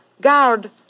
Guard